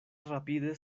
rapide